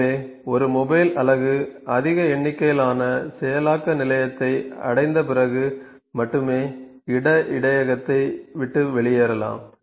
எனவே ஒரு மொபைல் அலகு அதிக எண்ணிக்கையிலான செயலாக்க நிலையத்தை அடைந்த பிறகு மட்டுமே இட இடையகத்தை விட்டு வெளியேறலாம்